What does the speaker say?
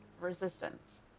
resistance